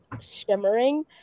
shimmering